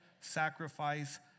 sacrifice